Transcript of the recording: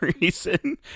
reason